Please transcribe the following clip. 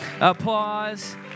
applause